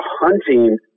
hunting